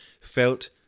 felt